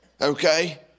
Okay